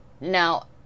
Now